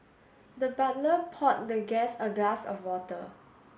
the butler poured the guest a glass of water